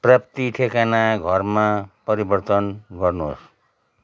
प्राप्ति ठेगाना घरमा परिवर्तन गर्नुहोस्